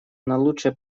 наилучшее